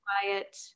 quiet